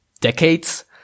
decades